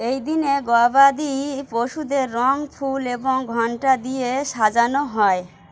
এই দিনে গবাদি পশুদের রঙ ফুল এবং ঘণ্টা দিয়ে সাজানো হয়